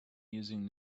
using